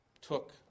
took